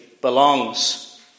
belongs